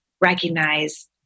recognize